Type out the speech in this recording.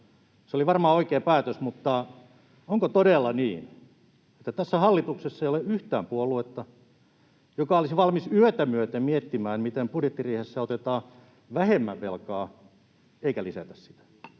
Se oli varmaan oikea päätös, mutta onko todella niin, että tässä hallituksessa ei ole yhtään puoluetta, joka olisi valmis yötä myöten miettimään, miten budjettiriihessä otetaan vähemmän velkaa eikä lisätä sitä?